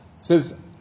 says